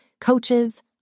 coaches